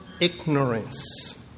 ignorance